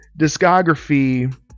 discography